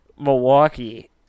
Milwaukee